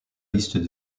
liste